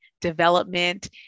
development